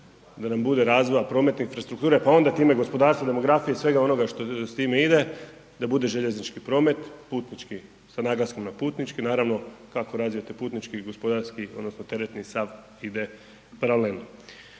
da nam bude razvoja prometne infrastrukture, pa onda time gospodarstva, demografije i svega onoga što s time ide, da bude željeznički promet, putnički sa naglasnom na putnički naravno kako razvijate putnički i gospodarski odnosno teretni i sav ide problem.